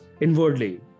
inwardly